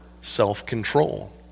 self-control